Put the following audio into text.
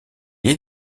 est